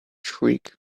shriek